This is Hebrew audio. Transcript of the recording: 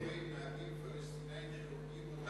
למה זה לא קורה עם נהגים פלסטינים, סליחה?